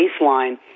baseline